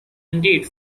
indeed